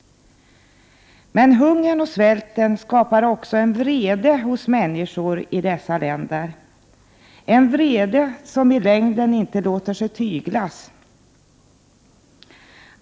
Men hungern och svälten skapar också en vrede hos människorna i dessa länder, en vrede som i längden inte låter sig tyglas.